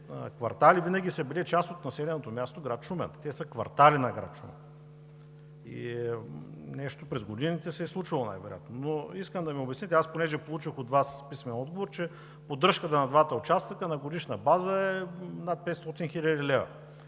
квартали винаги са били част от населеното място град Шумен. Те са квартали на град Шумен. Най-вероятно през годините се е случило нещо, но искам да ми обясните. Получих от Вас писмен отговор, че поддръжката на двата участъка на годишна база е над 500 хил. лв.